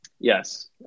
yes